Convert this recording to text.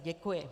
Děkuji.